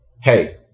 Hey